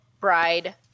bride